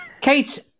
Kate